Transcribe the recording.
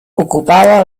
ocupava